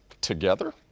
together